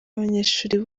abanyeshuri